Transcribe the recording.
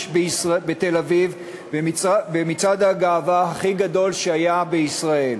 בתל-אביב במצעד הגאווה הכי גדול שהיה בישראל.